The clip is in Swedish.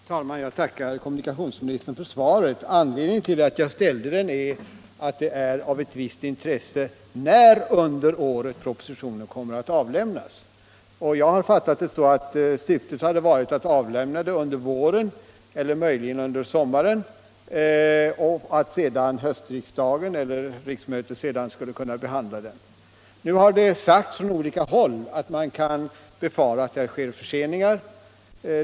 Fru talman! Jag tackar kommunikationsministern för svaret. Anledningen till att jag framställde min fråga är att det är av visst intresse när under året propositionen kommer att avlämnas. Jag har fattat det så att syftet var att avlämna propositionen under våren eller möjligen under sommaren och att 1976/77 års riksmöte sedan skulle behandla den. Nu har det emellertid från olika håll sagts att man kan befara att det blir förseningar.